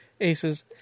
aces